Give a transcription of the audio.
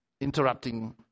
interrupting